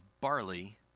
barley